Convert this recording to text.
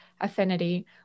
affinity